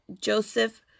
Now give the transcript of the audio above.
Joseph